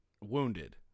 wounded